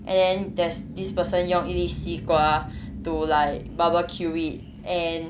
and then there's this person 用一粒西瓜 to like barbecue it and